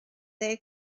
they